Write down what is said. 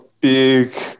big